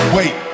Wait